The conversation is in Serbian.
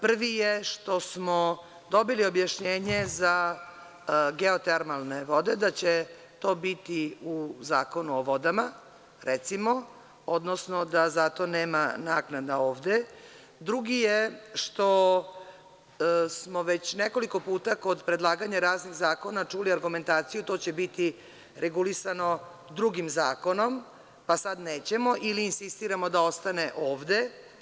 Prvi je što smo dobili objašnjenje za geotermalne vode da će to biti u Zakonu o vodama, odnosno da zato nema naknada ovde, drugi je što smo već nekoliko puta kod predlaganja raznih zakona čuli argumentaciju, to će biti regulisano drugim zakonom, pa sad nećemo ili insistiramo da ostane ovde.